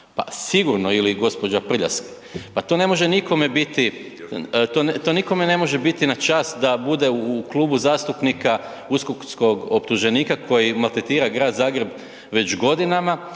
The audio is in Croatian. to ne može nikome biti, to nikome ne može biti na čast da bude u klubu zastupnika uskočkog optuženika koji maltretira grad Zagreb već godinama